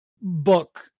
book